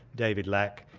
david lack,